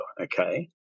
okay